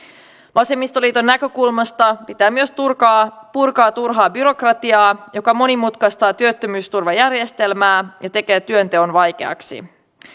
vasemmistoliiton näkökulmasta pitää myös purkaa purkaa turhaa byrokratiaa joka monimutkaistaa työttömyysturvajärjestelmää ja tekee työnteon vaikeaksi